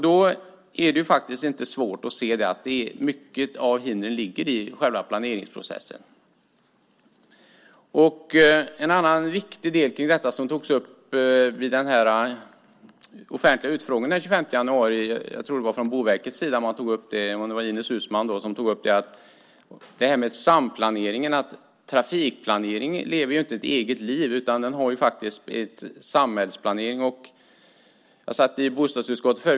Det är inte svårt att se att mycket av hindren ligger i själva planeringsprocessen. En annan viktig del som togs upp vid den offentliga utfrågningen den 25 januari, av Ines Uusmann vid Boverket, var frågan om samplaneringen. Trafikplaneringen lever inte ett eget liv. Den ingår i samhällsplaneringen. Jag satt tidigare i bostadsutskottet.